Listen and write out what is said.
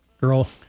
Girl